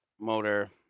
motor